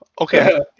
Okay